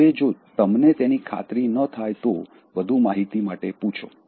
હવે જો તમને તેની ખાતરી ન થાય તો વધુ માહિતી માટે પૂછો